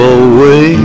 away